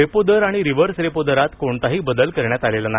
repo दर आणि reverse repo दरात कोणताही बदल करण्यात आलेला नाही